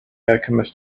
alchemist